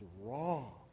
wrong